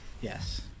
Yes